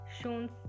shown